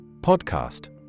Podcast